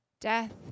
death